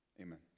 amen